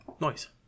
Nice